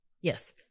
Yes